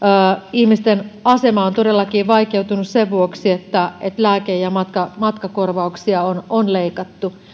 ihmisten asema on todellakin vaikeutunut sen vuoksi että lääke ja matkakorvauksia on on leikattu